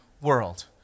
world